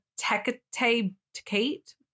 Tecate